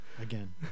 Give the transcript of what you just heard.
Again